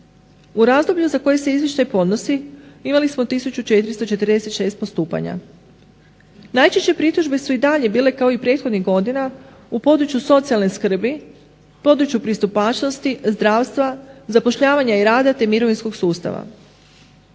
U razdoblju za koje se izvještaj podnosi imali smo 1446 postupanja. Najčešće pritužbe su i dalje bile kao i prethodnih godina u području socijalne skrbi, području pristupačnosti, zdravstva, zapošljavanja i rada te mirovinskog sustava.